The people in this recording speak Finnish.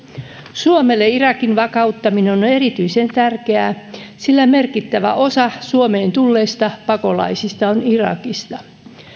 suomelle irakin vakauttaminen on erityisen tärkeää sillä merkittävä osa suomeen tulleista pakolaisista on irakista